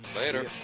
Later